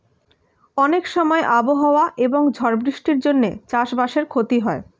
অনেক সময় আবহাওয়া এবং ঝড় বৃষ্টির জন্যে চাষ বাসের ক্ষতি হয়